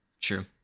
True